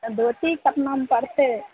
धोती केतनामे पड़तै